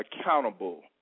accountable